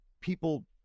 people